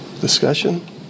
Discussion